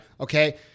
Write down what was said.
Okay